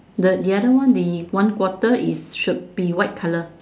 the the other one the one quarter is should be white color